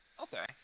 Okay